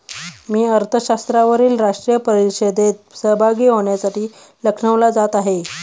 मी अर्थशास्त्रावरील राष्ट्रीय परिषदेत सहभागी होण्यासाठी लखनौला जात आहे